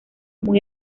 muy